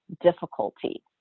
difficulty